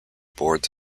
boards